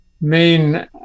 main